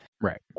Right